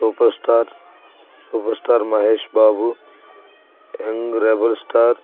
super star super star Mahesh Babu young rebel star